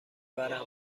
برم